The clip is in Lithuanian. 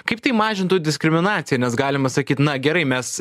kaip tai mažintų diskriminaciją nes galima sakyt na gerai mes